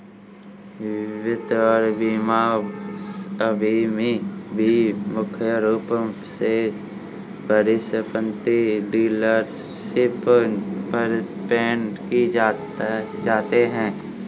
वित्त और बीमा अभी भी मुख्य रूप से परिसंपत्ति डीलरशिप पर पेश किए जाते हैं